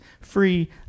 free